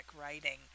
writing